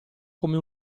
come